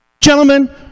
Gentlemen